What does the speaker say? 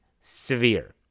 severe